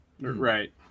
Right